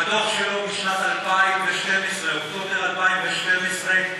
בדוח שלו מאוקטובר 2012,